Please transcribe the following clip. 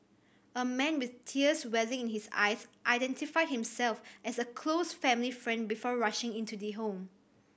a man with tears welling in his eyes identified himself as a close family friend before rushing into the home